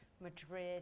Madrid